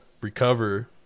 recover